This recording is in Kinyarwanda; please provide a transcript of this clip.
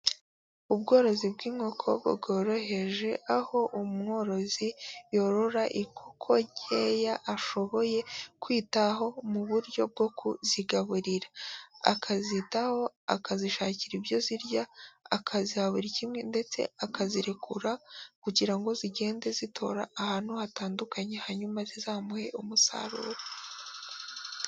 Ubworozi bw'inkoko bworoheje aho umworozi yorora inkoko nkeya ashoboye kwitaho mu buryo bwo kuzigaburira, akazitaho akazishakira ibyo zirya, akaziha buri kimwe ndetse akazirekura, kugira ngo zigende zitora ahantu hatandukanye hanyuma zizamuhe umusaruro.